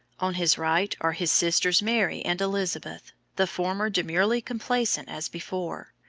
on his right are his sisters mary and elizabeth, the former demurely complacent as before,